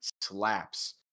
slaps